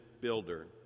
builder